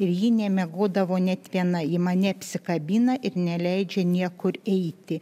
ir ji nemiegodavo net viena ji mane apsikabina ir neleidžia niekur eiti